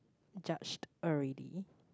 judged already